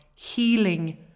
healing